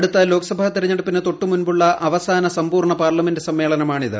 അടുത്ത ലോക്സഭാ തെരഞ്ഞെടുപ്പിനു ക്കാട്ടുമുൻപുള്ള അവസാന സമ്പൂർണ്ണ പാർലമെന്റ് സമ്മേളനമീഴണിത്